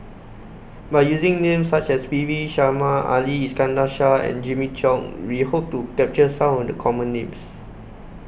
By using Names such as P V Sharma Ali Iskandar Shah and Jimmy Chok We Hope to capture Some of The Common Names